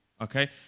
okay